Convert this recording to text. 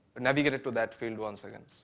navigated to that field once again.